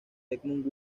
edmund